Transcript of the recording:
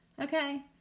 okay